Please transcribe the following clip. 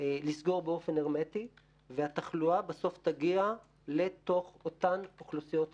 לסגור באופן הרמטי והתחלואה בסוף תגיע לתוך אותן אוכלוסיות רגישות.